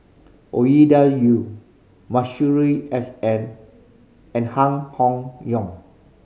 Ovidia Yu Masuri S N and Han Hong Yong